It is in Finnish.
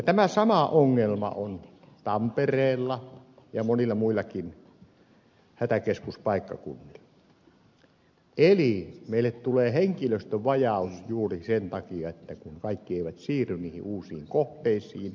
tämä sama ongelma on tampereella ja monilla muillakin hätäkeskuspaikkakunnilla eli meille tulee henkilöstövajaus juuri sen takia että kaikki eivät siirry niihin uusiin kohteisiin